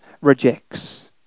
rejects